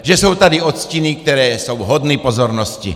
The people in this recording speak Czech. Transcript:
Že jsou tady odstíny, které jsou hodny pozornosti.